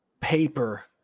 paper